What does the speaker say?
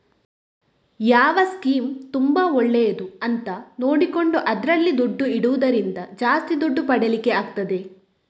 ಯಾವ ಸ್ಕೀಮ್ ತುಂಬಾ ಒಳ್ಳೇದು ಅಂತ ನೋಡಿಕೊಂಡು ಅದ್ರಲ್ಲಿ ದುಡ್ಡು ಇಡುದ್ರಿಂದ ಜಾಸ್ತಿ ದುಡ್ಡು ಪಡೀಲಿಕ್ಕೆ ಆಗ್ತದೆ